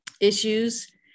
issues